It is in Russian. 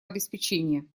обеспечения